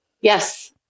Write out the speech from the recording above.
Yes